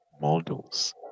models